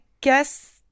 guess